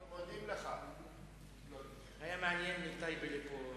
גם לנו לא היה קל להעלים אותו מן העולם,